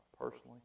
personally